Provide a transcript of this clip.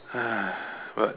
but